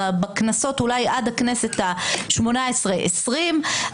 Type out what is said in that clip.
עד הכנסת השמונה-עשרה-עשרים,